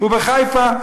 ובחיפה,